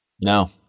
No